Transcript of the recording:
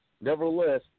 nevertheless